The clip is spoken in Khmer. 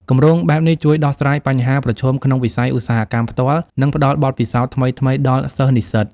គម្រោងបែបនេះជួយដោះស្រាយបញ្ហាប្រឈមក្នុងវិស័យឧស្សាហកម្មផ្ទាល់ និងផ្តល់បទពិសោធន៍ថ្មីៗដល់សិស្សនិស្សិត។